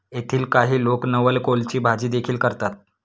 येथील काही लोक नवलकोलची भाजीदेखील करतात